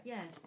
Yes